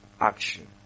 action